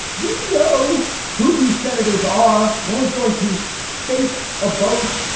we know who these senators are. no one's going to fake a vote.